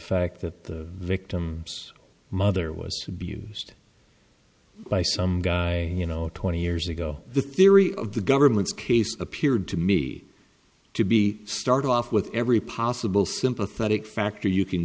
fact that the victim's mother was abused by some guy you know twenty years ago the theory of the government's case appeared to me to be start off with every possible sympathetic factor you can